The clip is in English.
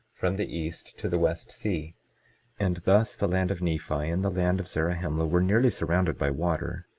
from the east to the west sea and thus the land of nephi and the land of zarahemla were nearly surrounded by water,